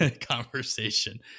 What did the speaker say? conversation